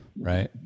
right